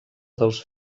dels